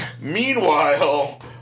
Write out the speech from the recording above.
Meanwhile